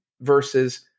versus